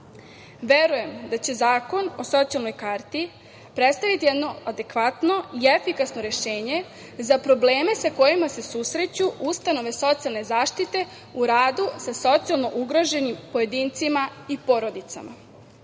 licima. Verujem da će zakon o socijalnoj karti predstavljati jedno adekvatno i efikasno rešenje za probleme sa kojima se susreću ustanove socijalne zaštite u radu sa socijalno ugroženim pojedincima i porodicama. Ovim